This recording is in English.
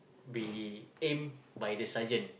be aim by the sergeant